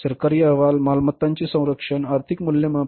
सरकारी अहवाल मालमत्तांचे संरक्षण आर्थिक मूल्यमापन